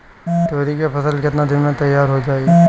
तोरी के फसल केतना दिन में तैयार हो जाई?